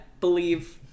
believe